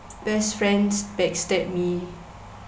best friends backstab me